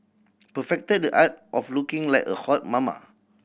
perfected the art of looking like a hot mama